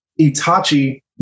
Itachi